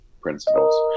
principles